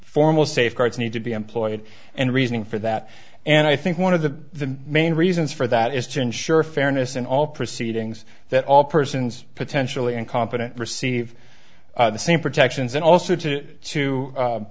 formal safeguards need to be employed and reasoning for that and i think one of the main reasons for that is to ensure fairness in all proceedings that all persons potentially incompetent receive the same protections and also to